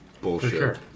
Bullshit